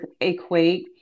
equate